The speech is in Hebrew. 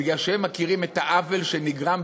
מפני שהם מכירים את העוול שנגרם,